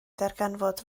ddarganfod